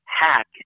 hack